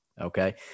okay